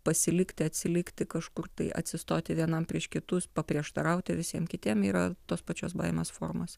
pasilikti atsilikti kažkur tai atsistoti vienam prieš kitus paprieštarauti visiems kitiem yra tos pačios baimės formos